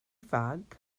fag